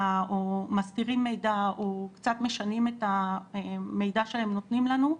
או מסתירים מידע או קצת משנים את המידע שהם נותנים לנו,